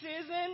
season